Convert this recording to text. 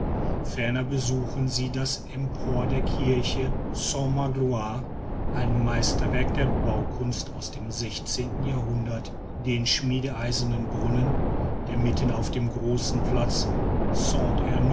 ferner besuchen sie das empor der kirche saint magloire ein meisterwerk der baukunst aus dem sechzehnten jahrhundert den schmiedeeisernen brunnen der mitten auf dem großen platze